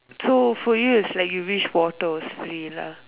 so for you like you wish water was free lah